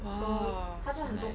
!wow! so nice